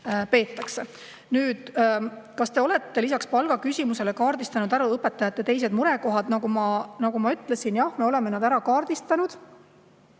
Nüüd: "Kas olete lisaks palgaküsimusele kaardistanud ära õpetajate teised murekohad?" Nagu ma ütlesin, jah, me oleme need ära kaardistanud.